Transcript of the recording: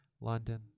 London